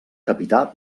capità